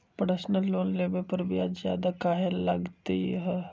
Personal loan लेबे पर ब्याज ज्यादा काहे लागईत है?